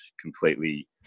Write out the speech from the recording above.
completely